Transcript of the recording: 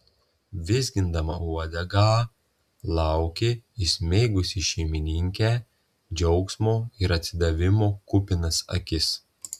vizgindama uodegą laukė įsmeigusi į šeimininkę džiaugsmo ir atsidavimo kupinas akis